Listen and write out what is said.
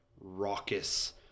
raucous